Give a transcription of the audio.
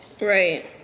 right